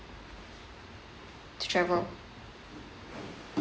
to travel